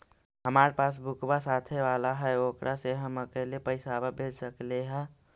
हमार पासबुकवा साथे वाला है ओकरा से हम अकेले पैसावा भेज सकलेहा?